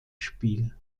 spiel